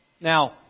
Now